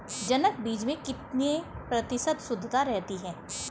जनक बीज में कितने प्रतिशत शुद्धता रहती है?